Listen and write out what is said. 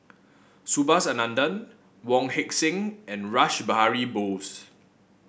Subhas Anandan Wong Heck Sing and Rash Behari Bose